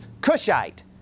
Cushite